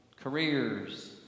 careers